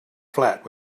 flat